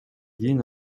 кийин